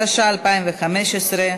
התשע"ה 2015,